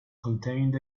contained